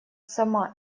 сама